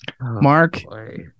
Mark